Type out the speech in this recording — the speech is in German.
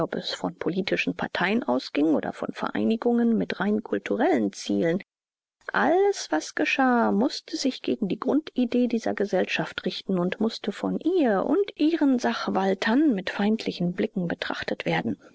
von politischen parteien ausging oder von vereinigungen mit rein kulturellen zielen alles was geschah mußte sich gegen die grundidee dieser gesellschaft richten und mußte von ihr und ihren sachwaltern mit feindlichen blicken betrachtet werden